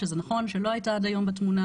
שזה נכון שלא הייתה עד היום בתמונה